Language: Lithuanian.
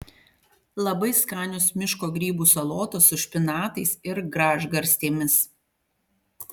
labai skanios miško grybų salotos su špinatais ir gražgarstėmis